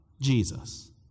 Jesus